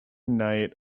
night